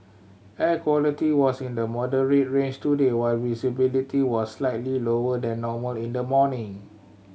air quality was in the moderate range today while visibility was slightly lower than normal in the morning